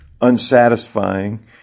unsatisfying